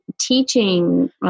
teaching